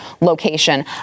location